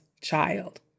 child